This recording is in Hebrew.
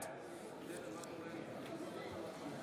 תמה